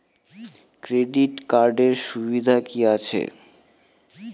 Credit কার্ডের সুবিধা কি আছে?